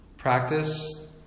Practice